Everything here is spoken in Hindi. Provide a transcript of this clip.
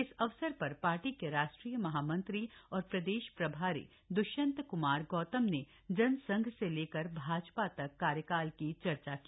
इस अवसर पर पार्टी के राष्ट्रीय महामंत्री और प्रदेश प्रभारी द्वष्यंत कुमार गौतम ने जनसंघ से लेकर भाजपा तक कार्यकाल की चर्चा की